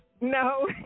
No